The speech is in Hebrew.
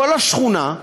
כל השכונה,